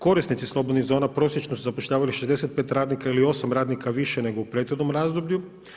Korisnici slobodnih zona prosječno su zapošljavali 65 radnika ili 8 radnika više nego u prethodnom razdoblju.